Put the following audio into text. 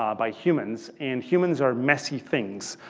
um by humans. and humans are messy things,